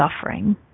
suffering